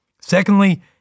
Secondly